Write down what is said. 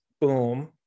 boom